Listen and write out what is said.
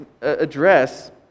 address